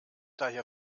daher